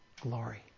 glory